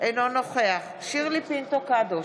אינו נוכח שירלי פינטו קדוש,